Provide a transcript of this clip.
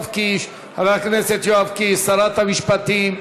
חבר הכנסת יואב קיש, שרת המשפטים,